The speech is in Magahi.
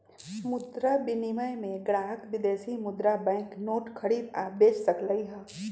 मुद्रा विनिमय में ग्राहक विदेशी मुद्रा बैंक नोट खरीद आ बेच सकलई ह